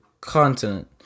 continent